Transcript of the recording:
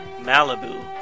Malibu